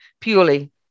purely